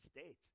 States